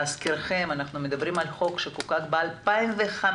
להזכירכם, מדובר על חוק שחוקק ב-2005,